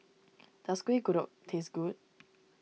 does Kuih Kodok taste good